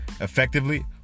effectively